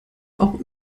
auch